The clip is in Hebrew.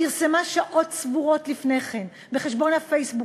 פרסמה שעות ספורות לפני כן בחשבון הפייסבוק